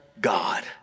God